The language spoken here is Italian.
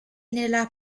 nella